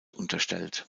unterstellt